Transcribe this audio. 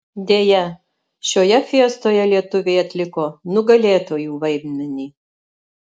deja šioje fiestoje lietuviai atliko nugalėtųjų vaidmenį